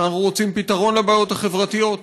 שאנחנו רוצים פתרון לבעיות החברתיות.